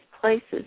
places